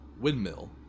windmill